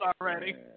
already